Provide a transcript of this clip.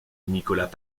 nicolas